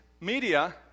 media